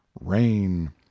Rain